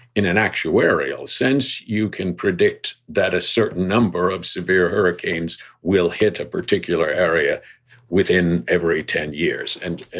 in an actuarial sense, you can predict that a certain number of severe hurricanes will hit a particular area within every ten years. and